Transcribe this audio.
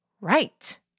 Right